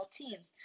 teams